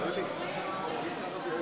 בבקשה,